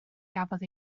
gafodd